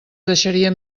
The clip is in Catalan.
deixaria